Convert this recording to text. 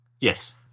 Yes